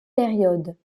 périodes